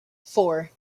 four